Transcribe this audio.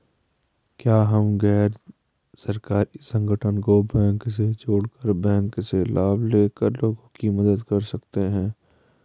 क्या हम गैर सरकारी संगठन को बैंक से जोड़ कर बैंक से लाभ ले कर लोगों की मदद कर सकते हैं?